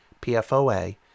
PFOA